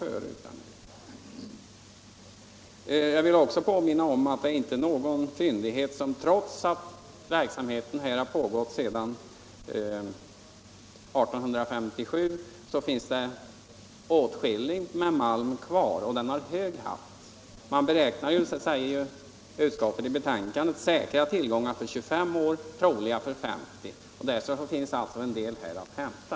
Trots att verksamheten vid Vieille Montagne har pågått sedan år 1857 finns det åtskilligt med malm kvar och den är av hög halt. Utskottet beräknar att det finns säkra tillgångar för 25 år och troliga för 50 år. Där finns alltså en hel del att hämta.